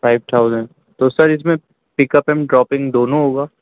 five thousand تو sir اس میں پک اپ اینڈ ڈروپنگ دونوں ہوگا